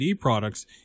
products